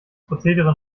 prozedere